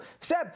Seb